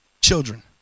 children